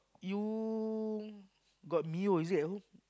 you got mio is it at home